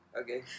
Okay